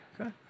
Okay